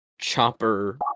chopper